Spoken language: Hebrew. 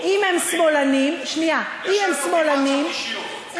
אם הם שמאלנים, יש להם מוטיבציות אישיות.